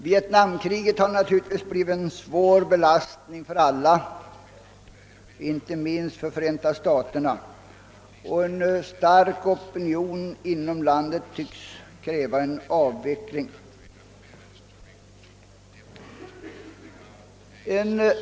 Vietnam-kriget har givetvis blivit en svår belastning för alla, inte minst för Förenta staterna, och en stark opinion där tycks kräva en avveckling.